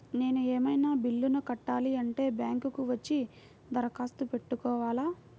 నేను ఏమన్నా బిల్లును కట్టాలి అంటే బ్యాంకు కు వచ్చి దరఖాస్తు పెట్టుకోవాలా?